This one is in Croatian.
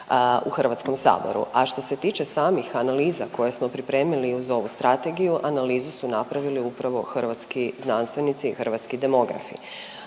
u HS-u, a što se tiče samih analiza koje smo pripremili uz ovu Strategiju, analizu su napravili upravo hrvatski znanstvenici i hrvatski demografi.